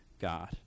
God